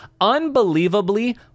unbelievably